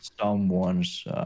Someone's